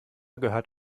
gehört